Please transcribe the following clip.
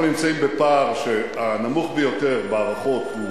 אנחנו נמצאים בפער, הנמוך ביותר בהערכות הוא